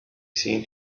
seen